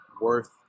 worth